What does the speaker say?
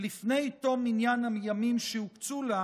לפני תום מניין הימים שהוקצו לה,